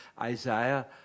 Isaiah